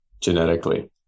genetically